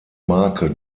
marke